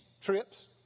trips